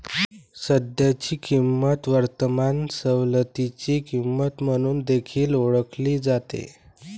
सध्याची किंमत वर्तमान सवलतीची किंमत म्हणून देखील ओळखली जाते